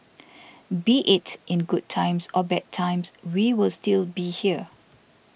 be its in good times or bad times we will still be here